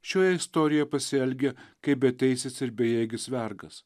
šioje istorijoje pasielgia kaip beteisis ir bejėgis vergas